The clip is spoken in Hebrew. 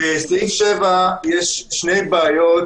בסעיף 7 יש שתי בעיות